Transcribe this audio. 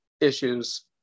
issues